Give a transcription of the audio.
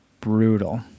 brutal